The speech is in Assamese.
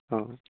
অঁ